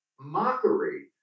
Mockery